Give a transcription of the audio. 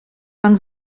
pan